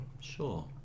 Sure